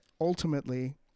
ultimately